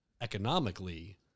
economically